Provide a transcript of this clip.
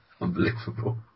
Unbelievable